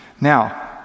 Now